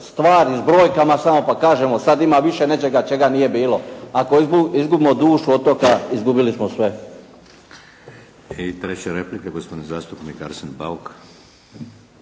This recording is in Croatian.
stvarnim brojkama pa kažemo sad ima više nečega čega nije bilo. Ako izgubimo društvo otoka izgubili smo sve. **Šeks, Vladimir (HDZ)** I treća replika gospodin zastupnik Arsen Bauk.